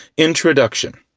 introduction.